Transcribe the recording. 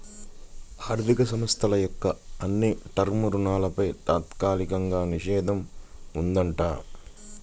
ఆర్ధిక సంస్థల యొక్క అన్ని టర్మ్ రుణాలపై తాత్కాలిక నిషేధం ఉందంట